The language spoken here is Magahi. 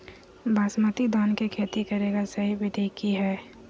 बासमती धान के खेती करेगा सही विधि की हय?